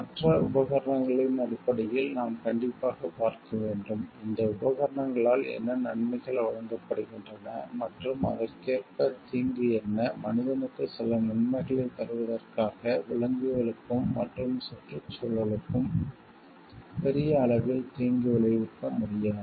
மற்ற உபகரணங்களின் அடிப்படையில் நாம் கண்டிப்பாக பார்க்க வேண்டும் இந்த உபகரணங்களால் என்ன நன்மைகள் வழங்கப்படுகின்றன மற்றும் அதற்கேற்ற தீங்கு என்ன மனிதனுக்கு சில நன்மைகளைத் தருவதற்காக விலங்குகளுக்கும் மற்றும் சுற்றுச்சூழலுக்கு பெரிய அளவில் தீங்கு விளைவிக்க முடியாது